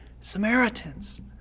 Samaritans